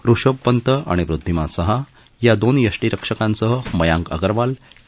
ऋषभ पंत आणि वृद्वीमान शहा या दोन यष्टीरक्षकांसह मयाक अगरवाल के